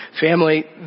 Family